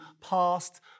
past